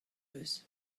eus